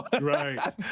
Right